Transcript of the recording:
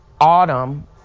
Autumn